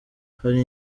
hari